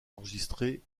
enregistrés